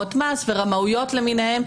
עבירות מס ורמאויות למיניהן,